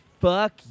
fuck